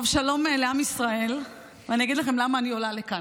שלום לעם ישראל, ואני אגיד לכם למה אני עולה לכאן.